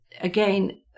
again